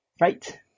Right